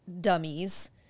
dummies